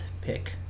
pick